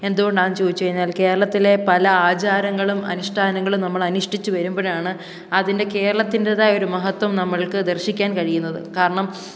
എന്തുകൊണ്ടാണെന്ന് ചോദിച്ചുകഴിഞ്ഞാൽ കേരളത്തിലെ പല ആചാരങ്ങളും അനുഷ്ടാനങ്ങളും നമ്മൾ അനുഷ്ഠിച്ചു വരുമ്പോഴാണ് അതിൻ്റെ കേരളത്തിൻ്റെതായൊരു മഹത്വം നമ്മൾക്ക് ദർശിക്കാൻ കഴിയുന്നത് കാരണം